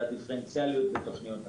והדיפרנציאליות בתוכניות.